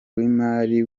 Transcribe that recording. w’imari